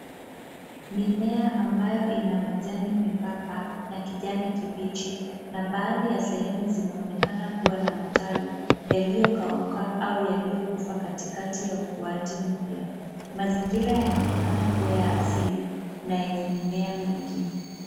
Mimea ambayo ina majani membamba na kijani kibichi na baadhi ya sehemu zinaonekana kuwa na matawi yaliyokauka au yaliyokufa katikati ya ukuaji mpya. Mazingira yanaonekana kuwa ya asili na yenye mimea mingi.